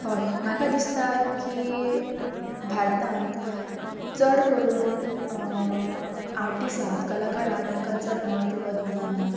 हय म्हाका दिसता की भारतान चड करून आर्टिसांत कलाकाराक तेंकां चड म्हत्व दिना नू